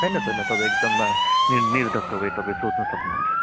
छैन छैन तपाईँ एकदम निर् निर्धक्क भई तपाईँ सोध्नु सक्नुहुन्छ